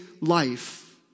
life